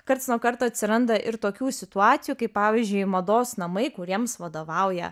karts nuo karto atsiranda ir tokių situacijų kai pavyzdžiui mados namai kuriems vadovauja